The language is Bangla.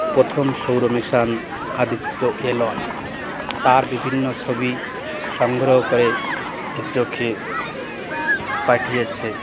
প্রথম সৌর মিশন আদিত্য এল ওয়ান তার বিভিন্ন ছবি সংগ্রহ করে ইসরোকে পাঠিয়েছে